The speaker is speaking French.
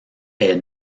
est